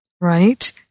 Right